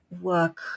work